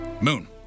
Moon